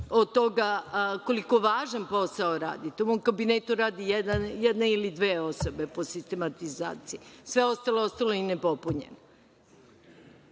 od toga koliko važan posao radi. U mom kabinetu radi jedna ili dve osobe po sistematizaciji. Sve ostalo je ostalo ne popunjeno. Znači,